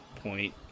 point